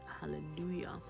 hallelujah